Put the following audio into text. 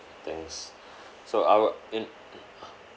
thanks so our in